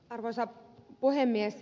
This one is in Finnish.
arvoisa puhemies